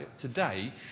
today